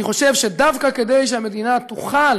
אני חושב שדווקא כדי שהמדינה תוכל